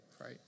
right